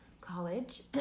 college